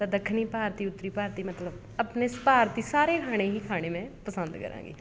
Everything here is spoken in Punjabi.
ਤਾਂ ਦੱਖਣੀ ਭਾਰਤੀ ਉੱਤਰੀ ਭਾਰਤੀ ਮਤਲਬ ਆਪਣੇ ਭਾਰਤੀ ਸਾਰੇ ਖਾਣੇ ਹੀ ਖਾਣੇ ਮੈਂ ਪਸੰਦ ਕਰਾਂਗੀ